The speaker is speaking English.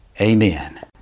amen